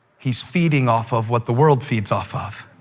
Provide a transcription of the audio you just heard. he's feeding off of what the world feeds off of.